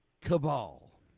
cabal